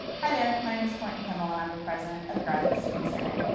hi there. my name is courtney kimmel and i'm the president of the graduate student senate.